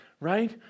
Right